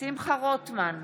שמחה רוטמן,